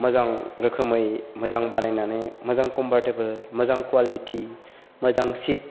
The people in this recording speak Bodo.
मोजां रोखोमै मोजां बानायनानै मोजां कम्फर्टेबोल मोजां क्वालिटि मोजां सिट